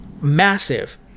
Massive